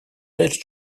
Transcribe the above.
ray